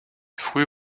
frühe